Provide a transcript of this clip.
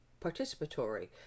participatory